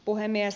puhemies